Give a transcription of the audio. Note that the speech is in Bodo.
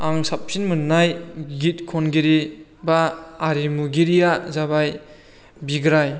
आं साबसिन मोननाय गित खनगिरि एबा आरिमुगिरिया जाबाय बिग्राइ